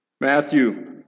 Matthew